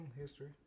history